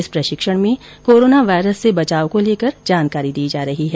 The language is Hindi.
इस प्रशिक्षण में कोरोना वायरस से बचाव को लेकर जानकारी दी जा रही है